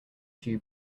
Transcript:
two